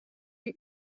die